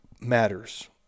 matters